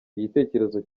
igitekerezo